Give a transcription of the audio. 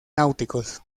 náuticos